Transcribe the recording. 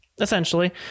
essentially